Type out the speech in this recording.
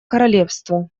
королевства